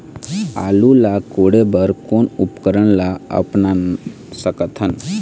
आलू ला कोड़े बर कोन उपकरण ला अपना सकथन?